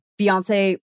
Beyonce